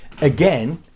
again